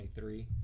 23